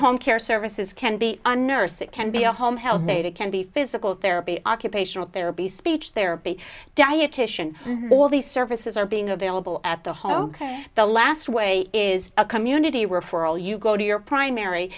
home care services can be a nurse it can be a home health aide it can be physical therapy occupational therapy speech therapy dietitian all these services are being available at the whoa ok the last way is a community where for all you go to your primary